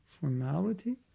formality